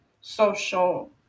social